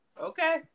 okay